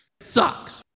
Sucks